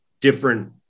different